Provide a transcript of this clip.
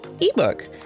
ebook